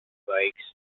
bikes